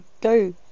Go